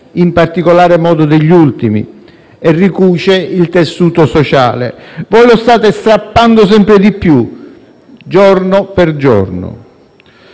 in particolar modo degli ultimi, e ricuce il tessuto sociale. Voi lo state strappando sempre di più, giorno per giorno.